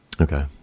Okay